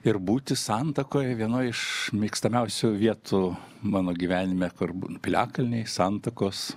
ir būti santakoje vienoj iš mėgstamiausių vietų mano gyvenime piliakalniai santakos